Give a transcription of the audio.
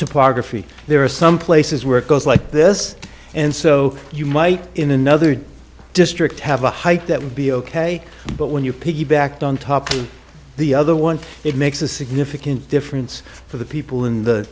topography there are some places where it goes like this and so you might in another district have a hike that would be ok but when you piggybacked on top of the other one it makes a significant difference for the people in the